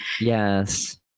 yes